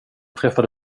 träffade